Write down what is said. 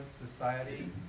society